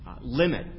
limit